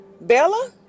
Bella